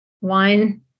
wine